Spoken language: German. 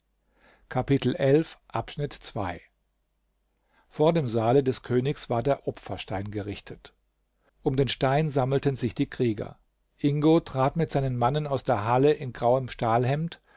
vor dem saale des königs war der opferstein gerichtet um den stein sammelten sich die krieger ingo trat mit seinen mannen aus der halle in grauem